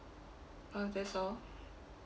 uh that's all